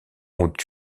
ont